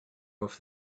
off